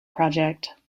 project